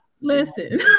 Listen